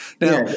Now